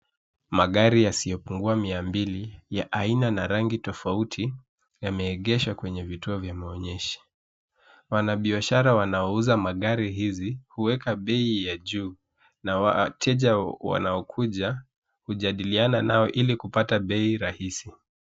Magari yasiyopungua mia mbili ya aina na rangi tofauti yameegeshwa kwenye vituo vya maonyesho. Wafanyabiashara wanauza magari hizi huweka bei juu, na wateja wanakuja kujadiliana nao ili kupata bei nafuu.